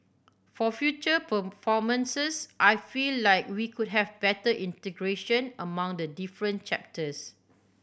for future performances I feel like we could have better integration among the different chapters